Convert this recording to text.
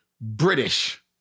British